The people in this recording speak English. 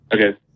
Okay